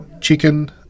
chicken